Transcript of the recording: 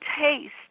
taste